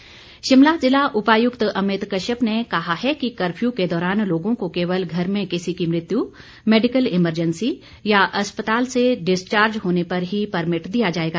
अमित कश्यप शिमला ज़िला उपायुक्त अमित कश्यप ने कहा है कि कर्फ्यू के दौरान लोगों को केवल घर में किसी की मृत्यु मैडिकल एमरजेंसी या अस्पताल से डिस्चार्ज होने पर ही परमिट दिया जाएगा